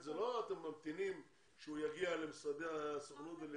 זה לא אתם ממתינים שהוא יגיע למשרדי הסוכנות ויירשם.